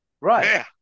right